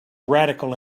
radical